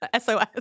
SOS